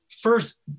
first